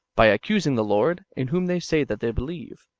by accusing the lord, in whom they say that they believe.